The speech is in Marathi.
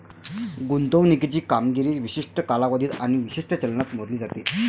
गुंतवणुकीची कामगिरी विशिष्ट कालावधीत आणि विशिष्ट चलनात मोजली जाते